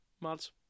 Mads